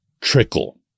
trickle